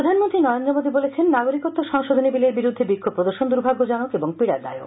প্রধানমন্ত্রী নরেন্দ্র মোদি বলেছেন নাগরিকত্ব সংশোধনী বিলের বিরুদ্ধে বিক্ষোভ প্রদর্শন দুর্ভাগ্যজনক এবং পীডাদায়ক